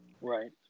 Right